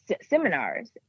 seminars